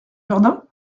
jardin